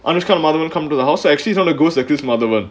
and anushka and madhavan come to the house actually the ghost is this madhavan